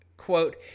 quote